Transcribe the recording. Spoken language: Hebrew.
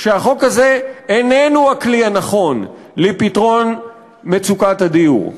שהחוק הזה איננו הכלי הנכון לפתרון מצוקת הדיור.